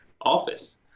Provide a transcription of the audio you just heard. office